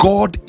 God